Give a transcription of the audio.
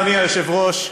אדוני היושב-ראש,